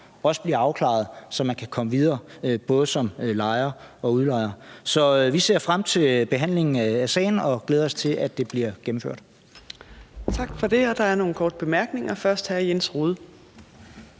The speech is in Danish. er, bliver afklaret, så man kan komme videre, både som lejer og som udlejer. Så vi ser frem til behandlingen af sagen og glæder os til, at det bliver gennemført. Kl. 15:54 Fjerde næstformand (Trine Torp): Tak for det.